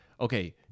okay